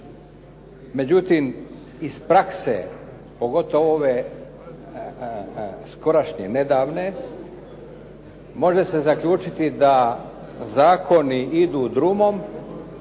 Međutim iz prakse pogotovo ove skorašnje, nedavne može se zaključiti da zakoni idu drumom,